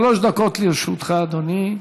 שלוש דקות לרשותך, אדוני.